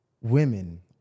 women